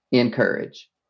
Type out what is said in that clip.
Encourage